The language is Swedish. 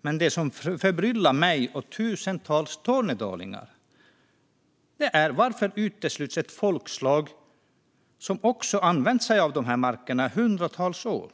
Men det som förbryllar mig och tusentals tornedalingar är varför man i både direktiven och kommittén utesluter ett folkslag som också har använt sig av markerna i hundratals år.